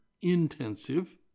intensive